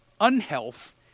unhealth